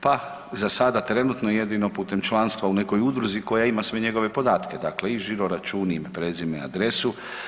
Pa za sada trenutno jedino putem članstva u nekoj udruzi koja ima sve njegove podatke, dakle i žiro račun, ime, prezime, adresu.